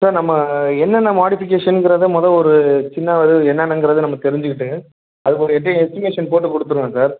sir நம்ம என்னென்ன மாடிஃபிகேஷன்ங்கிறத மொதல் ஒரு சின்ன ஒரு என்னானங்கிறத நம்ம தெரிஞ்சுகிட்டு அதுக்கு ஒரு எட்ரி எஸ்ட்டிமேஷன் போட்டு கொடுத்துடலாம் சார்